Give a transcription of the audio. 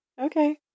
Okay